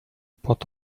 pot